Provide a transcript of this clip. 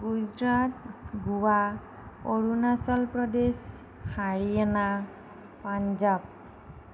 Gujarat Goa Arunachal Pradesh Haryana Punjab